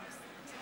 לא, אז חבל.